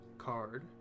Card